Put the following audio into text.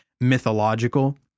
mythological